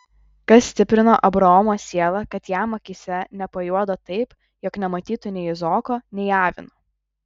kas stiprino abraomo sielą kad jam akyse nepajuodo taip jog nematytų nei izaoko nei avino